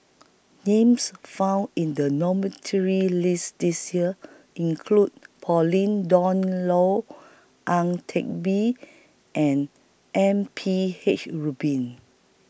Names found in The list This Year include Pauline Dawn Loh Ang Teck Bee and M P H Rubin